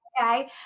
Okay